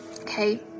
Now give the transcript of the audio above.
okay